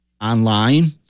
online